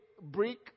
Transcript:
brick